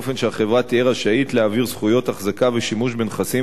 באופן שהחברה תהיה רשאית להעביר זכויות אחזקה ושימוש בנכסים